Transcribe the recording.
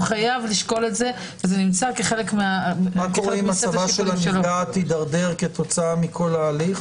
מה קורה אם מצב הנפגעת הידרדר מההליך?